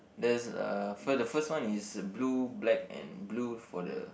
there's uh for the first one is blue black and blue for the